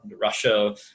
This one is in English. Russia